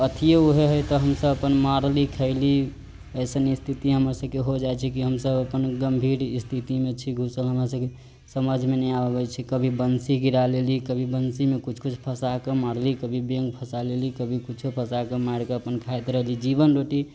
अथीये ऊहे है तऽ हमसब अपन मारली खैली अइसन स्थिति हमरसबके हो जाइ छै की हमसब अपन गम्भीर स्थिति मे छी घुसल हमरासबके समझ मे नहि आबै छै कभी बन्सी गिरा लेली कभी बन्सी मे किछु किछु फसा कऽ मारली कभी बेन्ग फसा लेली कभी किछो फसा कऽ मार कऽ अपन खाइत रहली जीवन रोटी